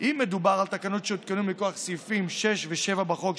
אם מדובר על תקנות שהותקנו מכוח סעיפים 6 ו-7 בחוק,